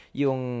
yung